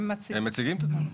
הם מציגים את עצמם.